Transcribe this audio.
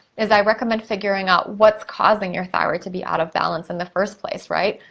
as i recommend figuring out what's causing your thyroid to be out of balance in the first place, right.